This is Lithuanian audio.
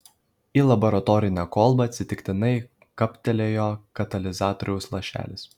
į laboratorinę kolbą atsitiktinai kaptelėjo katalizatoriaus lašelis